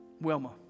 Wilma